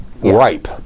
ripe